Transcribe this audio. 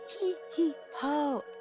Hee-hee-ho